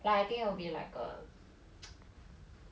like I think it'll be like a